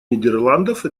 нидерландов